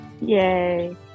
Yay